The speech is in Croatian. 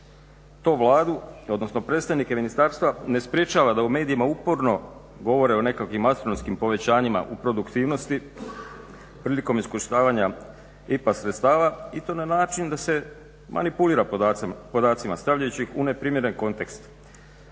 to Vladu odnosno predstavnike ministarstva ne sprječava da u medijima uporno govore o nekakvim astronomskim povećanjima u produktivnosti prilikom iskorištavanja IPA sredstava i to na način da se manipulira podacima stavljajući ih u neprimjeren kontekst.